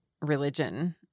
religion